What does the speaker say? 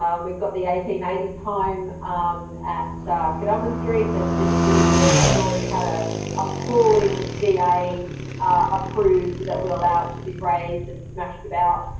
um we've got the eighteen eighty s home at kadumba street that's just sitting there. it's already had an ah appalling da approved that will allow it to be razed and smashed about,